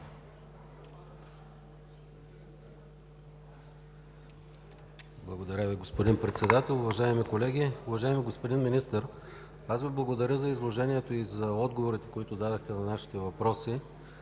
Благодаря Ви, господин Председател. Уважаеми колеги! Уважаеми господин Министър, аз Ви благодаря за изложението и за отговорите, които дадохте на нашите въпроси.